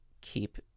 keep